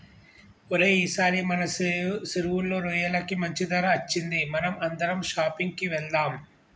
ఓరై ఈసారి మన సెరువులో రొయ్యలకి మంచి ధర అచ్చింది మనం అందరం షాపింగ్ కి వెళ్దాం